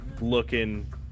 looking